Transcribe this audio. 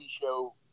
show